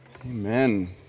Amen